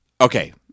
Okay